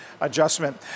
adjustment